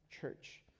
church